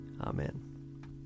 Amen